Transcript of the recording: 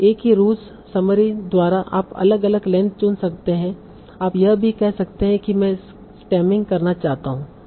तो एक ही रूज समरी द्वारा आप अलग अलग लेंथ चुन सकते हैं आप यह भी कह सकते हैं कि मैं स्टेमिंग करना चाहता हूं